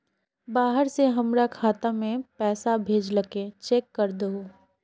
बाहर से हमरा खाता में पैसा भेजलके चेक कर दहु?